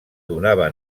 donava